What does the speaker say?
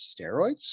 steroids